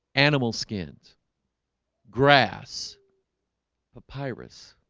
animal skins grass papyrus